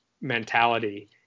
mentality